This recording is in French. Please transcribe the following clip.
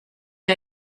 qui